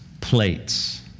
plates